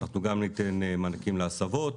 אנחנו גם ניתן מענקים להסבות.."